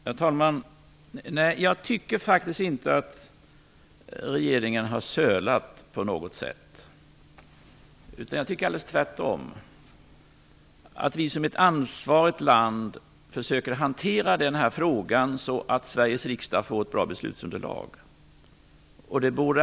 Herr talman! Jag tycker faktiskt inte att regeringen har sölat på något sätt. Jag tycker alldeles tvärtom, att vi med ansvar försöker hantera den här frågan så att Sveriges riksdag får ett bra beslutsunderlag.